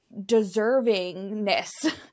deservingness